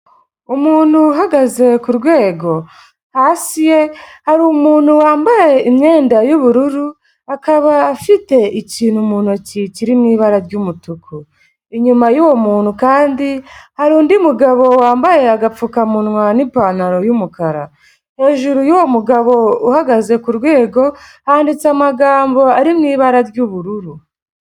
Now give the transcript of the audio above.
Umuntu uhagaze ku rwego. Hasi ye hari umuntu wambaye imyenda y'ubururu akaba afite ikintu mu ntoki kiri mu ibara ry'umutuku. Inyuma yuwo muntu kandi hari undi mugabo wambaye agapfukamunwa n'ipantaro y'umukara. Hejuru y'uwo mugabo uhagaze ku rwego handitse amagambo ari mu ibara ry'ubururu.